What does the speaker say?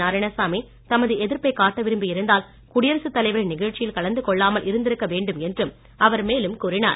நாராயணசாமி தமது எதிர்ப்பை காட்ட விரும்பி இருந்தால் குடியரசு தலைவரின் நிகழ்ச்சியில் கலந்து கொள்ளாமல் இருந்திருக்க வேண்டும் என்றும் அவர் மேலும் கூறினார்